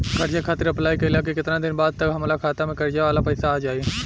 कर्जा खातिर अप्लाई कईला के केतना दिन बाद तक हमरा खाता मे कर्जा वाला पैसा आ जायी?